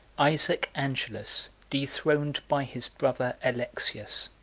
isaac angelus dethroned by his brother alexius